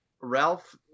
ralph